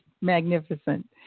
magnificent